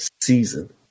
season